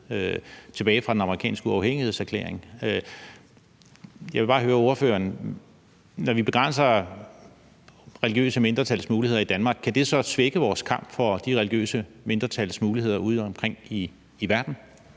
tilbage fra den amerikanske uafhængighedserklæring. Jeg vil bare høre ordføreren: Når vi begrænser religiøse mindretals muligheder i Danmark, kan det så svække vores kamp for de religiøse mindretals muligheder udeomkring i verden?